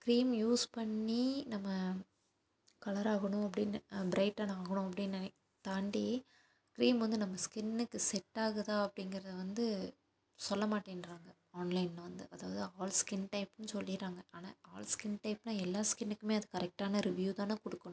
cream use பண்ணி நம்ம கலராகணும் அப்படின்னு ப்ரைட்டன் ஆகணும் அப்படின்னு நென தாண்டி க்ரீம் வந்து நம்ம ஸ்கின்னுக்கு செட் ஆகுதா அப்படிங்கிறத வந்து சொல்லமாட்டேங்றாங்க ஆன்லைனில் வந்து அதாவது ஆல் ஸ்கின் டைப்புனு சொல்லிடுறாங்க ஆனால் ஆல் ஸ்கின் டைப்னால் எல்லாம் ஸ்கின்னுக்குமே அது கரெட்டான ரிவ்யூ தானே கொடுக்கணும்